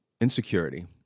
insecurity